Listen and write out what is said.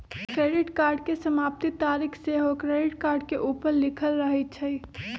credit card के समाप्ति तारिख सेहो क्रेडिट कार्ड के ऊपर लिखल रहइ छइ